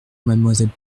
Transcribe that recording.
mademoiselle